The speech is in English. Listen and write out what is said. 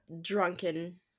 drunken